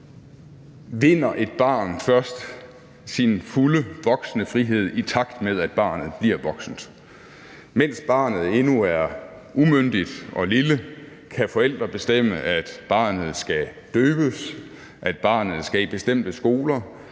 vinder et barn først sin fulde voksne frihed, i takt med at barnet bliver voksent. Mens barnet endnu er umyndigt og lille, kan forældrene bestemme, at barnet skal døbes, at barnet skal i bestemte skoler,